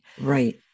right